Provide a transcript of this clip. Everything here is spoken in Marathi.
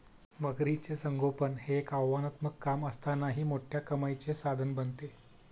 मगरीचे संगोपन हे एक आव्हानात्मक काम असतानाही मोठ्या कमाईचे साधन बनते